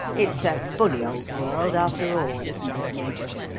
it's a bully old world after all, isn't it, major?